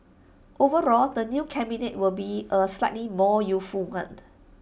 overall the new cabinet will be A slightly more youthful one